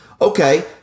Okay